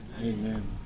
Amen